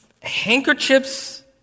handkerchiefs